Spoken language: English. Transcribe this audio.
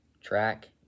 track